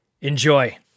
Enjoy